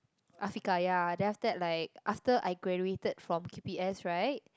Afiqah ya then after like after I graduated from Q_P_S right